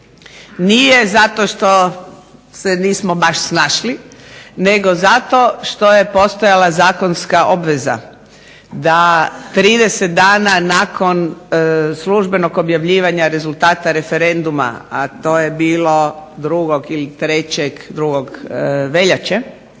nije zato što se nismo baš snašli, nego zato što je postojala zakonska obveza da 30 dana nakon službenog objavljivanja rezultata referenduma a to je bilo 2. ili 3. veljače